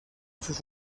sus